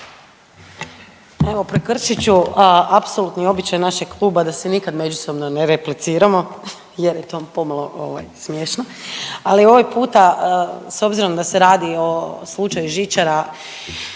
Evo prekršit ću apsolutni običaj našeg kluba da se nikad međusobno ne repliciramo jer je to pomalo smiješno, ali ovaj puta s obzirom da se radi o slučaju žičara